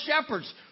shepherds